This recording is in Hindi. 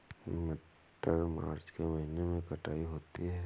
मटर मार्च के महीने कटाई होती है?